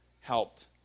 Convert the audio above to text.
helped